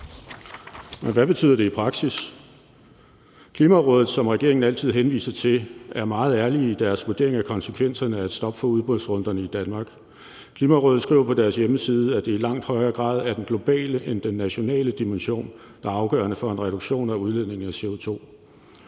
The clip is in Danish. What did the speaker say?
men hvad betyder det i praksis? Klimarådet, som regeringen altid henviser til, er meget ærlige i deres vurderinger af konsekvenserne af et stop for udbudsrunderne i Danmark. Klimarådet skriver på deres hjemmeside, at det i langt højere grad er den globale end den nationale dimension, der er afgørende for en reduktion af udledningen af CO2.